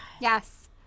Yes